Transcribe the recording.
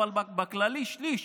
אבל בכללי לשליש